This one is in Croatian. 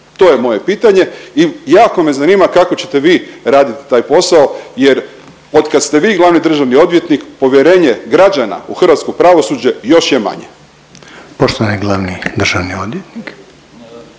To je moje pitanje i jako me zanima kako ćete vi raditi taj posao, jer od kad ste vi glavni državni odvjetnik povjerenje građana u hrvatsko pravosuđe još je manje.